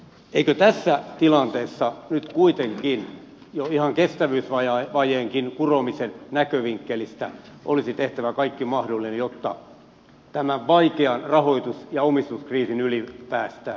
eikö tässä tilanteessa nyt kuitenkin jo ihan kestävyysvajeenkin kuromisen näkövinkkelistä olisi tehtävä kaikki mahdollinen jotta tämän vaikean rahoitus ja omistuskriisin yli päästään